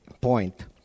point